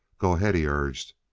go ahead, he urged,